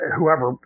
Whoever